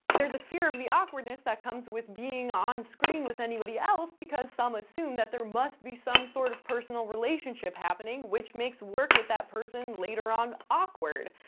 there's a fear of the awkwardness that comes with being ah onscreen with anybody else because some assume that there must be some sort of personal relationship happening, which makes work with that person later on awkward.